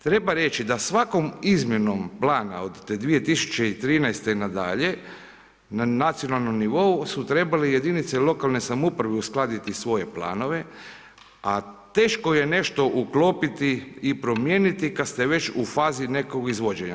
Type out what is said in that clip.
Treba reći da svakom izmjenom plana od 2013. na dalje na nacionalnom nivou su trebale jedinice lokalne samouprave uskladiti svoje planove a teško je nešto uklopiti i promijeniti kad ste već u fazi nekog izvođenja.